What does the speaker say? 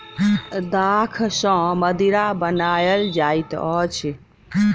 दाख सॅ मदिरा बनायल जाइत अछि